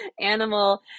animal